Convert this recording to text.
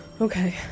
Okay